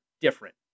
different